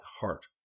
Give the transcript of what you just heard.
heart